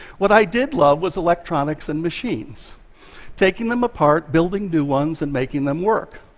what i did love was electronics and machines taking them apart, building new ones, and making them work.